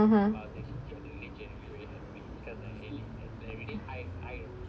(uh huh)